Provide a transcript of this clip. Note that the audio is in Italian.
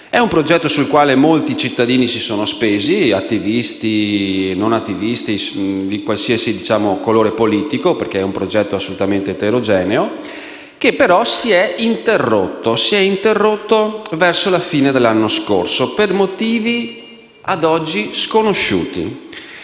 di un progetto sul quale molti cittadini si sono spesi, attivisti e non, di qualsiasi colore politico, perché è assolutamente eterogeneo, ma che si è interrotto verso la fine dell'anno scorso per motivi ad oggi sconosciuti.